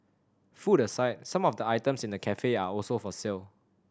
food aside some of the items in the cafe are also for sale